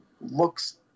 looks